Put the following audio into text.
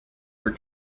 were